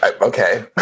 okay